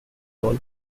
hall